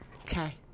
Okay